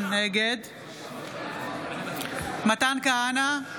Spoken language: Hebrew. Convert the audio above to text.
נגד מתן כהנא,